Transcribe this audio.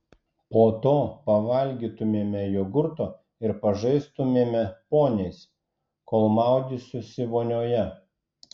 po to pavalgytumėme jogurto ir pažaistumėme poniais kol maudysiuosi vonioje